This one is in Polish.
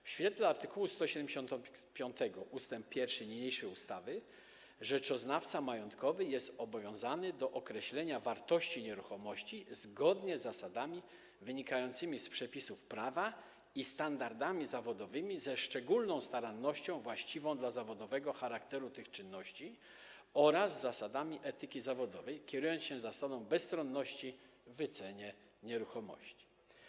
W świetle art. 175 ust. 1 niniejszej ustawy rzeczoznawca majątkowy jest obowiązany do określenia wartości nieruchomości zgodnie z zasadami wynikającymi z przepisów prawa i standardami zawodowymi, ze szczególną starannością właściwą dla zawodowego charakteru tych czynności oraz z zasadami etyki zawodowej, kierując się zasadą bezstronności w wycenie nieruchomości.